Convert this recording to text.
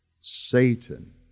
satan